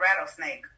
rattlesnake